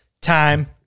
Time